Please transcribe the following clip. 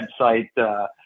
website